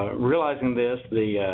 realizing this, the